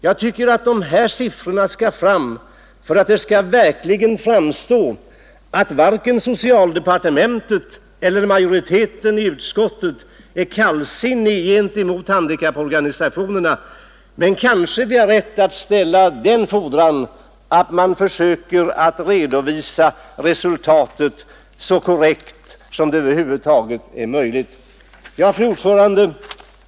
Jag vill nämna dessa siffror för att klargöra att man varken från socialdepartementet eller utskottets majoritet ställer sig kallsinnig gentemot handikapporganisationerna. Men man kan väl i varje fall kräva att handikapporganisationerna försöker lägga fram en så korrekt redovisning som möjligt. Fru talman!